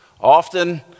often